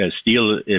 steel